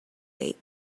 late